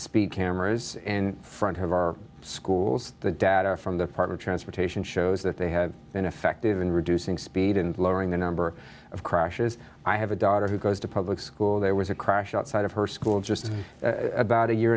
speed cameras in front of our schools the data from the partner transportation shows that they have been effective in reducing speed in lowering the number of crashes i have a daughter who goes to public school there was a crash outside of her school just about a year